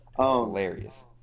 hilarious